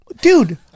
Dude